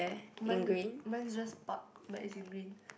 mine mine just park by S_U_V